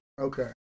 Okay